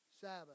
Sabbath